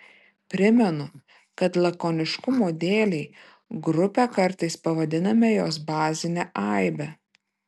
primenu kad lakoniškumo dėlei grupe kartais pavadiname jos bazinę aibę